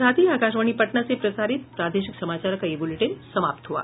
इसके साथ ही आकाशवाणी पटना से प्रसारित प्रादेशिक समाचार का ये अंक समाप्त हुआ